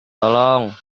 tolong